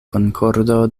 konkordo